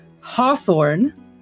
Hawthorne